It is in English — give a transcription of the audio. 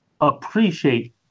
appreciate